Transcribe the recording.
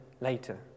later